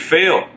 Fail